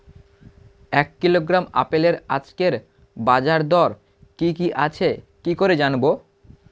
এক কিলোগ্রাম আপেলের আজকের বাজার দর কি কি আছে কি করে জানবো?